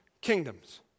kingdoms